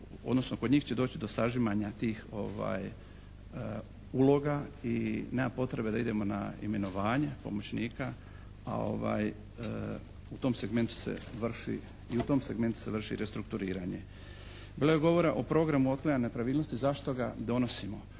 odnosno kod njih će doći do sažimanja tih uloga i nema potrebe da idemo na imenovanje pomoćnika, a u tom segmentu se vrši i u tom segmentu se vrši restrukturiranje. Bilo je govora o programu otklanjanja nepravilnosti, zašto ga donosimo,